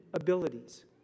abilities